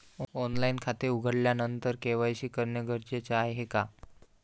Online खाते उघडल्यानंतर KYC करणे गरजेचे आहे का?